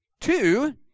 Two